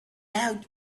out